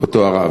אותו הרב.